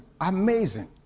Amazing